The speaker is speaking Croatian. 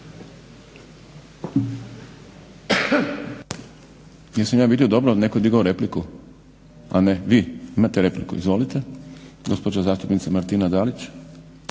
Hvala.